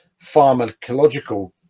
pharmacological